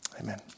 Amen